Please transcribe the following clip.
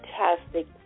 fantastic